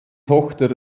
tochter